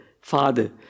father